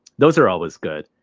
those are always good,